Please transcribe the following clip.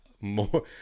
more